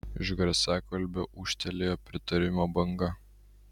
iš garsiakalbio ūžtelėjo pritarimo banga